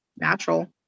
natural